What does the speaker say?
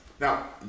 Now